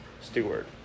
steward